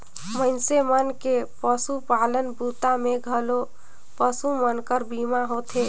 मइनसे मन के पसुपालन बूता मे घलो पसु मन कर बीमा होथे